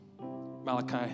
Malachi